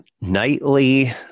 nightly